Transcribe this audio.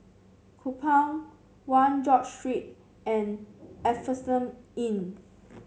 Kupang One George Street and Asphodel Inn